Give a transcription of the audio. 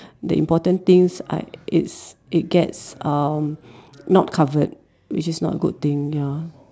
the important things I it's it gets um not covered which is not a good thing ya